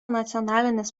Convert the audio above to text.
nacionalinis